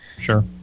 Sure